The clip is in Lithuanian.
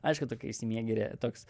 aišku tu kai išsimiegi e toks